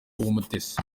w’umutesi